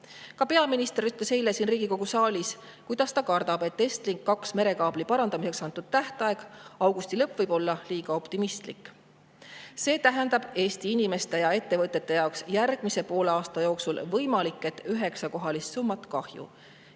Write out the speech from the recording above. Ka peaminister rääkis eile siin Riigikogu saalis sellest, kuidas ta kardab, et Estlink 2 merekaabli parandamiseks antud tähtaeg, augusti lõpp, võib olla liiga optimistlik. See tähendab Eesti inimeste ja ettevõtete jaoks järgmise poole aasta jooksul võimalik, et üheksakohalist summat kahju.